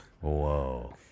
Whoa